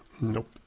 Nope